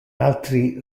altri